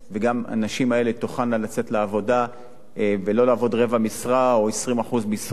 וגם הנשים האלה תוכלנה לצאת לעבודה ולא לעבוד רבע משרה או 20% משרה.